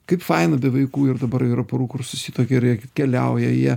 kaip faina be vaikų ir dabar jau yra porų kur susituokia ir jie keliauja jie